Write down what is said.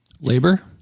Labor